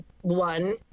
one